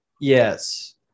Yes